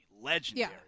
Legendary